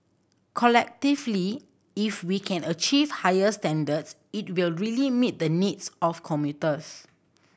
collectively if we can achieve higher standards it will really meet the needs of commuters